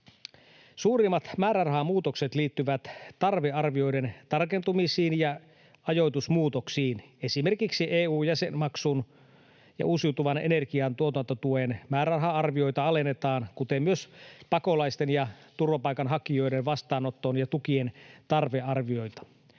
Suurimmat määrärahamuutokset liittyvät tarvearvioiden tarkentumisiin ja ajoitusmuutoksiin. Esimerkiksi EU-jäsenmaksun ja uusiutuvan energian tuotantotuen määräraha-arvioita alennetaan kuten myös pakolaisten ja turvapaikanhakijoiden vastaanoton ja tukien tarvearvioita.